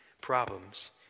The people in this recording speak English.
problems